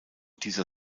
dieser